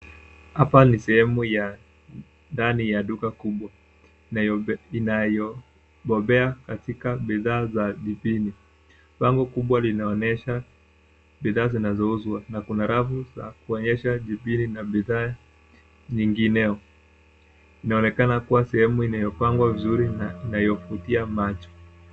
Hapa ni sehemu ya ndani ya duka kubwa inayobobea katika bidhaa za jibini . Bango kubwa linaonyesha bidhaa zinazouzwa na kuna rafu za kuonyesha jibini na bidhaa nyingineo. Inaonekana kuwa sehemu inayopangwa vizuri na inayovutia macho.